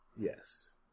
yes